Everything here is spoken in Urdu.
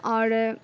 اور